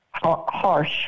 harsh